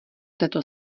této